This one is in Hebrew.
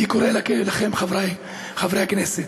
אני קורא לכם, חבריי חברי הכנסת,